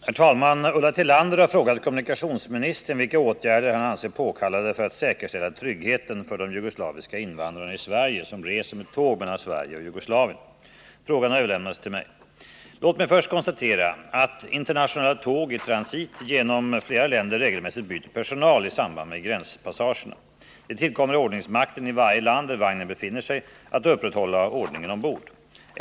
Herr talman! Ulla Tillander har frågat kommunikationsministern vilka åtgärder han anser påkallade för att säkerställa tryggheten för de jugoslaviska invandrare i Sverige som reser med tåg mellan Sverige och Jugoslavien. Frågan har överlämnats till mig. Låt mig först konstatera, att internationella tåg i transit genom flera länder regelmässigt byter personal i samband med gränspassagerna. Det tillkommer ordningsmakten i varje land där vagnen befinner sig att upprätthålla ordningen ombord.